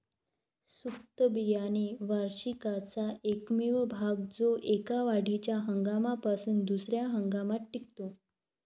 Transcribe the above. सुप्त बियाणे वार्षिकाचा एकमेव भाग जो एका वाढीच्या हंगामापासून दुसर्या हंगामात टिकतो